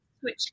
switch